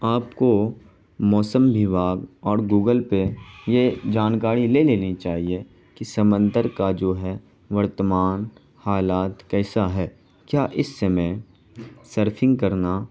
آپ کو موسم وبھاگ اور گوگل پہ یہ جانکاری لے لینی چاہیے کہ سمندر کا جو ہے ورتمان حالات کیسا ہے کیا اس سمے سرفنگ کرنا